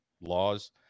laws